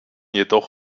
jedoch